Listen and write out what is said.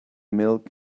milk